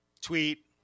tweet